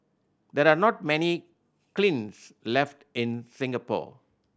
there are not many kilns left in Singapore